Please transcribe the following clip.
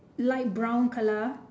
light brown colour